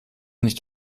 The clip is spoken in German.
nicht